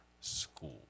school